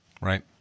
Right